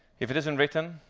if it isn't written,